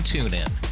TuneIn